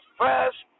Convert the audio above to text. first